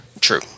True